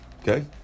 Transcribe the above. Okay